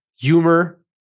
humor